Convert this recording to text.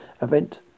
event